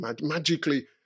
magically